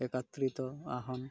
ଏକତ୍ରିତ ଆହ୍ୱାନ